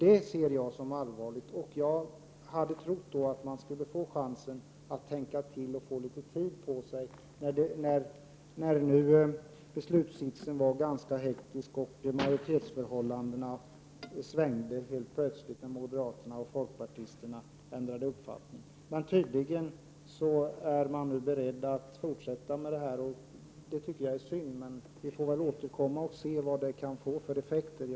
Det ser jag som allvarligt, och jag trodde att man skulle ta chansen att tänka till när man fick litet tid på sig, eftersom beslutssitsen var ganska hektisk och majoritetsförhållandena plötsligt svängde när moderaterna och folkpartisterna plötsligt ändrade uppfattning. Men tydligen är man nu beredd att fortsätta att arbeta på detta. Det tycker jag är synd, men vi får återkomma och se vad beslutet får för effekter.